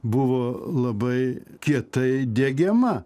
buvo labai kietai diegiama